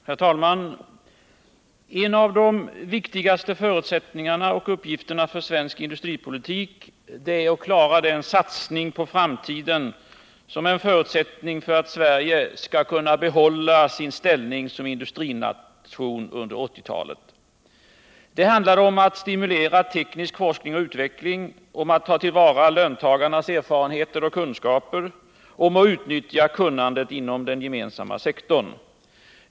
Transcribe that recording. Herr talman! En av de viktigaste uppgifterna för svensk industripolitik är att klara den satsning på framtiden som är en förutsättning för att Sverige skall kunna behålla sin ställning som industrination under 1980-talet. Det handlar om att stimulera teknisk forskning och utveckling, om att tillvarata löntagarnas erfarenheter och kunskaper, om att utnyttja kunnandet inom den gemensamma sektorn.